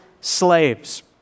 slaves